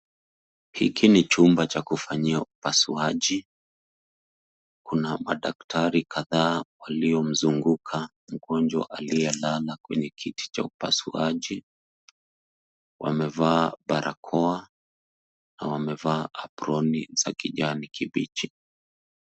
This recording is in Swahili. Hiki ni chumba cha kufanyia upasuaji, kuna madaktari kadhaa waliomzunguka mgonjwa aliyelala kwenye kiti cha upasuaji. Wamevaa barakoa na wamevaa aproni za kijani kibichi.